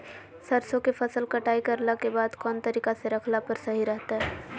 सरसों के फसल कटाई करला के बाद कौन तरीका से रखला पर सही रहतय?